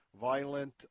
violent